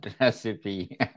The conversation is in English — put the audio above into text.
recipe